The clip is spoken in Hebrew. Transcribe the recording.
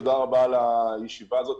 תודה רבה על הישיבה הזאת,